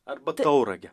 arba tauragę